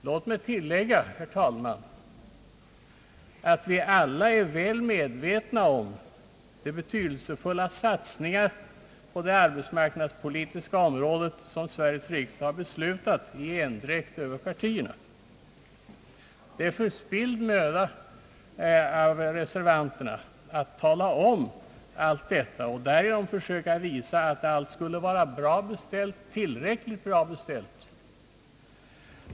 Låt mig tillägga, herr talman, att vi alla är väl medvetna om de betydelsefulla satsningar på det arbetsmarknadspolitiska området som Sveriges riksdag beslutat i endräkt över partierna. Det är förspilld möda av reservanterna att tala om detta för att därigenom försöka visa att allt är tillräckligt bra beställt.